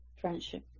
friendship